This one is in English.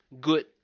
good